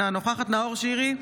אינה נוכחת נאור שירי,